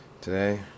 today